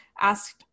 asked